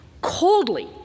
coldly